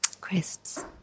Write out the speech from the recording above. Crisps